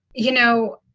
you know,